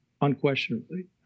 unquestionably